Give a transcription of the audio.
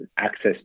access